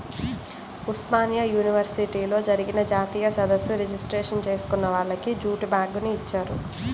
ఉస్మానియా యూనివర్సిటీలో జరిగిన జాతీయ సదస్సు రిజిస్ట్రేషన్ చేసుకున్న వాళ్లకి జూటు బ్యాగుని ఇచ్చారు